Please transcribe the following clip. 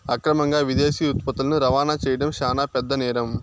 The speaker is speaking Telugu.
అక్రమంగా విదేశీ ఉత్పత్తులని రవాణా చేయడం శాన పెద్ద నేరం